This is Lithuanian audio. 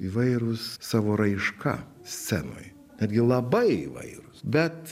įvairūs savo raiška scenoj netgi labai įvairūs bet